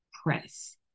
press